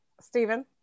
Stephen